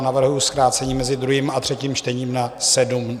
Navrhuji zkrácení mezi druhým a třetím čtením na 7 dní.